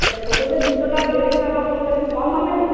আচ্ছা ছোটোদের জুতোটা দেড়শো টাকা বলেছ একটু কম হবে না